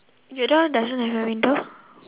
your door doesn't have a window